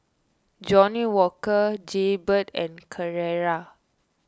Johnnie Walker Jaybird and Carrera